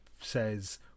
says